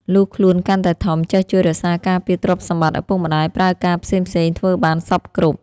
លុះខ្លួន កាន់តែធំ ចេះជួយរក្សាការពារទ្រព្យសម្បត្ដិ ឪពុកម្ដាយ ប្រើការផ្សេងៗធ្វើបានសព្វគ្រប់។